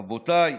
רבותיי,